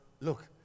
Look